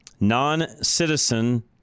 non-citizen